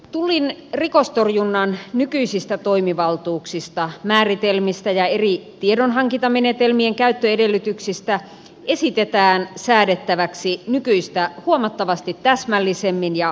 tullin rikostorjunnan nykyisistä toimi valtuuksista määritelmistä ja eri tiedonhankintamenetelmien käyttöedellytyksistä esitetään säädettäväksi nykyistä huomattavasti täsmällisemmin ja kattavammin